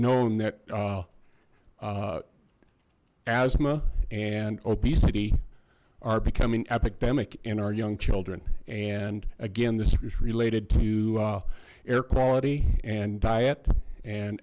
known that asthma and obesity are becoming epidemic in our young children and again this is related to air quality and diet and